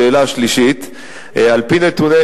שאלה שלישית, על-פי נתוני